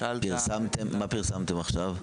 מה פרסמתם עכשיו?